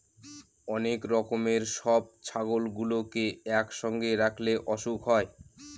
অনেক রকমের সব ছাগলগুলোকে একসঙ্গে রাখলে অসুখ হয়